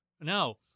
no